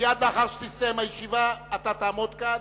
מייד לאחר שתסתיים הישיבה, אתה תעמוד כאן